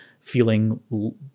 feeling